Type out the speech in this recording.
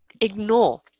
ignore